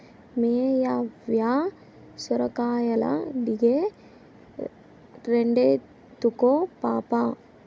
మేయవ్వ సొరకాయలడిగే, రెండెత్తుకో పాపా